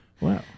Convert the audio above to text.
Wow